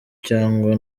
cyangwa